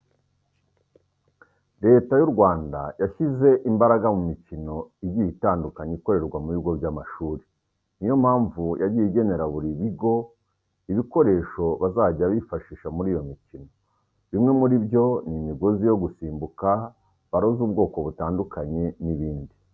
Leta y'u Rwanda yashyize imbaraga mu mikino igiye itandukanye ikorerwa mu bigo by'amashuri. Ni yo mpamvu yagiye igenera buri bigo ibikoresho bazajya bifashisha muri iyo mikino. Bimwe muri byo ni imigozi yo gusimbuka, baro z'ubwoko butandukanye n'ibindi.